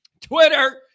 twitter